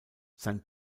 sein